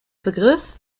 begriff